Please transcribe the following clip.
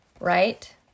right